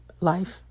life